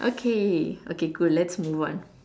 okay okay cool let's move on